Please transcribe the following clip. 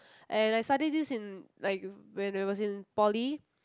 and I studied this in like when I was in poly